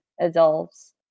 adults